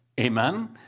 Amen